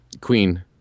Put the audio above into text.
Queen